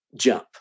jump